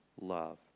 love